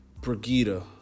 Brigida